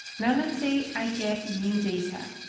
now let's say i get new data.